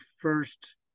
first